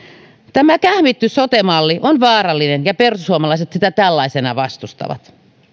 tämä kähmitty sote malli on vaarallinen ja perussuomalaiset sitä tällaisena vastustavat